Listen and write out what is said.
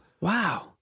Wow